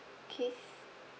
keith